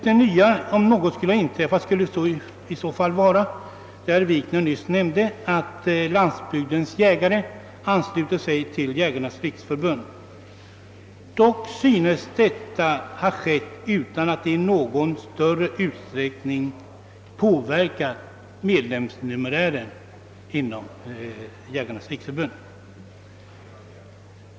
Om något under denna tid har inträffat skulle detta i så fall, som herr Wikner nyss nämnde, vara att Landsbygdens jägare anslutit sig till Jägarnas riksförbund. Dock synes detta ha skett uian att det i någon större utsträckning påverkat medlemsantalet inom Jägarnas riksförbund.